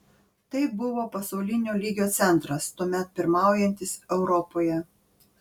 tai buvo pasaulinio lygio centras tuomet pirmaujantis europoje